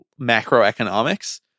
macroeconomics